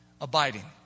Abiding